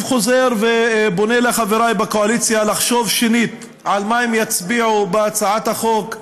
חוזר ופונה לחברי בקואליציה לחשוב שנית על מה הם יצביעו בהצעת החוק,